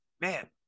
man